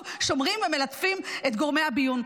שומרים ומלטפים את גורמי הביון.